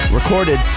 recorded